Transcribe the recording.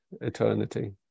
eternity